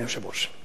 אדוני היושב-ראש.